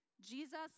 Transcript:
Jesus